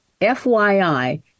FYI